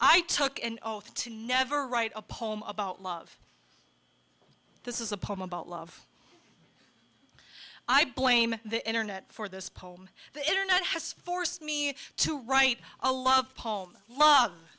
i took an oath to never write a poem about love this is a poem about love i blame the internet for this poem the internet has forced me to write a love